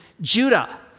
Judah